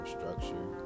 structure